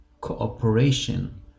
cooperation